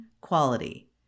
quality